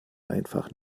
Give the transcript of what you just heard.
einfach